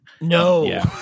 No